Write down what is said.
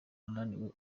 naniwe